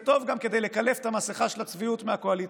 זה טוב גם כדי לקלף את המסכה של הצביעות מהקואליציה.